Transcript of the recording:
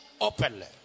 openly